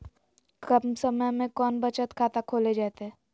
कम समय में कौन बचत खाता खोले जयते?